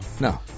No